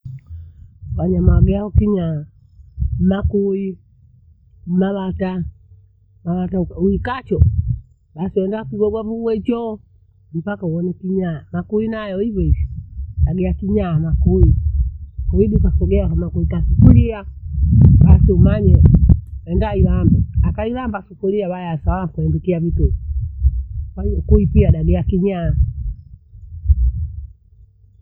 Wanyama wageao kinyaa makui, mabata, mbata ukiacho basi enga kure wavugu echoo mpaka uone kinyaa. Makui nayo hivo hivo, agea kinyaa makui, kuibu kusogea nimekuta sufuria basi umanye enda ilambe. Akailamba sufuria wayasa wako hundukia vitu, kwahiyo kuikia damia kinyaa.